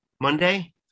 Monday